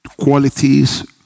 qualities